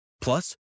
Plus